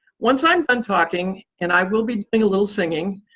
one time i'm talking, and i will be doing a little singing,